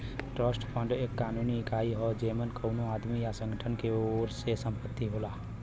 trust fund एक कानूनी इकाई हौ जेमन कउनो आदमी या संगठन के ओर से संपत्ति होला